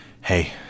Hey